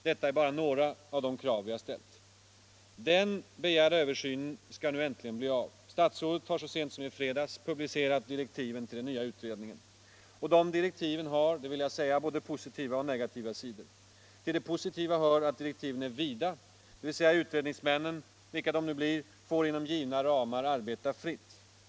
Detta är bara några av de krav som vi har ställt. Den begärda översynen skall nu äntligen bli av. Statsrådet har så sent som i fredags publicerat direktiven till den nya utredningen. Direktiven har både positiva och negativa sidor. Till det positiva hör att direktiven är vida, dvs. utredningsmännen — vilka de nu blir — får inom givna ramar arbeta fritt.